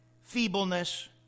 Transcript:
feebleness